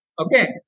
Okay